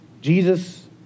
Jesus